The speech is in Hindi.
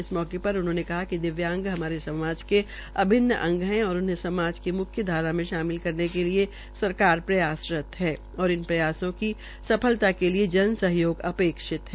इस मौके पर उन्होंने कहा कि दिव्यांग हमारे समाज के अभिन्न अंग है और उन्हें समाज की म्ख्य धारा में शामिल करने के लिये सरकार प्रयासरत है और इस प्रयासों की सफलता के लिए जन सहयोग अपेक्षित है